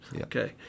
okay